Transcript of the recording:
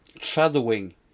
shadowing